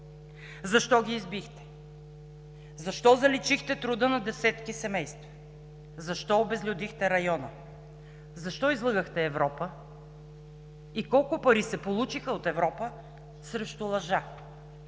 защо ги избихте? Защо заличихте труда на десетки семейства? Защо обезлюдихте района? Защо излъгахте Европа и колко пари се получиха от Европа срещу лъжа?